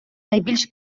найбільш